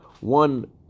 one